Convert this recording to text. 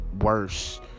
worse